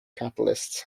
catalysts